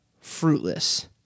fruitless